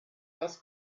das